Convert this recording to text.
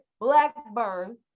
Blackburn